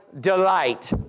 delight